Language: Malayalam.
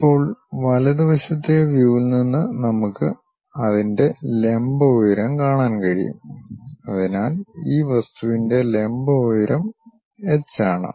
ഇപ്പോൾ വലതുവശത്തെ വ്യൂവിൽ നിന്ന് നമുക്ക് അതിന്റെ ലംബ ഉയരം കാണാൻ കഴിയും അതിനാൽ ഈ വസ്തുവിന്റെ ലംബ ഉയരം എച്ച് ആണ്